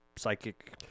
psychic